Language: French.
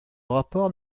rapport